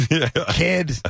Kid